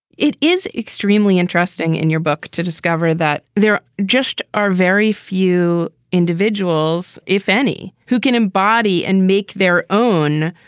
it is extremely interesting in your book to discover that there just are very few individuals, if any, who can embody and make their own.